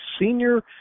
Senior